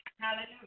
Hallelujah